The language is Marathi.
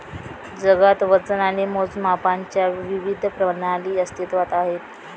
जगात वजन आणि मोजमापांच्या विविध प्रणाली अस्तित्त्वात आहेत